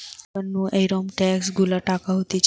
সরকার নু এরম ট্যাক্স গুলা কাটা হতিছে